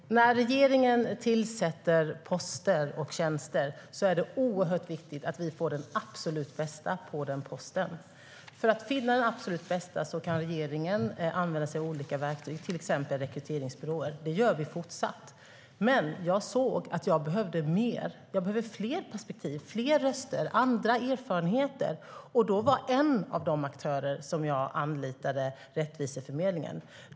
Herr talman! När regeringen tillsätter en tjänst är det oerhört viktigt att vi får den absolut bästa på den posten. För att finna den absolut bästa kan regeringen använda sig av olika verktyg, till exempel rekryteringsbyråer. Det gör vi fortsatt. Men jag såg att jag behövde mer - fler perspektiv, fler röster och andra erfarenheter. Då var en av de aktörer som jag anlitade Rättviseförmedlingen.